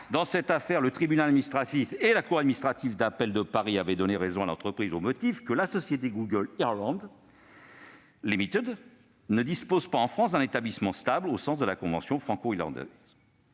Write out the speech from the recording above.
Dans cette affaire, le tribunal administratif et la cour administrative d'appel de Paris avaient donné raison à l'entreprise au motif que « la société Google Ireland Limited ne dispose pas en France d'un établissement stable, au sens de la convention franco-irlandaise